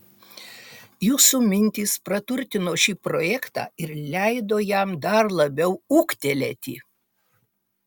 jūsų mintys praturtino šį projektą ir leido jam dar labiau ūgtelėti